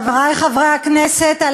חברי חברי הכנסת,